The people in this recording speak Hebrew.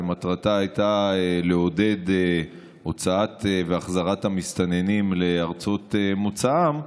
ומטרתה הייתה לעודד הוצאה של המסתננים והחזרה לארצות מוצאם,